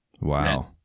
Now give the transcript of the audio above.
Wow